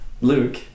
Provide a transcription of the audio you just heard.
Luke